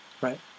right